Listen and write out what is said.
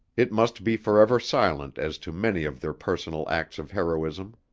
it must be forever silent as to many of their personal acts of heroism.